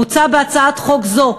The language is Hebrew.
מוצע בהצעת חוק זאת,